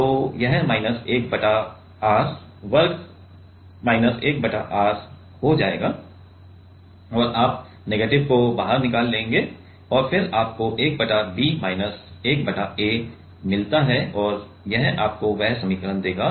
तो यह माइनस 1 बटा r वर्ग माइनस 1 बटा r हो जाएगा और आप नेगेटिव को बाहर निकाल लेते हैं और फिर आपको 1 बटा b माइनस 1 बटा a मिलता है और यह आपको यह समीकरण देगा